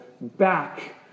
back